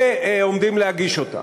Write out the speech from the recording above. ועומדים להגיש אותה.